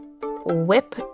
whip